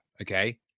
Okay